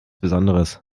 besonderes